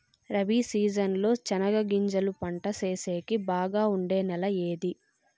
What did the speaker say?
Rabi season లో చెనగగింజలు పంట సేసేకి బాగా ఉండే నెల ఏది?